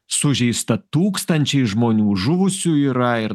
sužeista tūkstančiai žmonių žuvusių yra ir